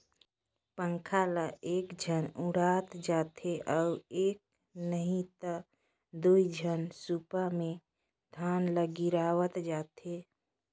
पंखा ल एकझन ओटंत जाथे अउ एक नही त दुई झन सूपा मे धान ल गिरावत जाथें